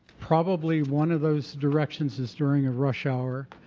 probably one of those directions is during a rush hour,